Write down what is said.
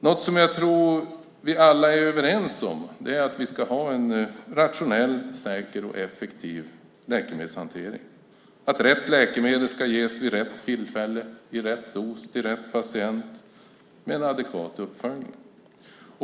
Något som jag tror att vi alla är överens om är att vi ska ha en rationell, säker och effektiv läkemedelshantering och att rätt läkemedel ska ges vid rätt tillfälle i rätt dos och till rätt patient med adekvat uppföljning.